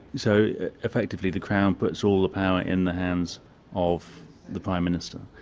so effectively the crown puts all the power in the hands of the prime minister.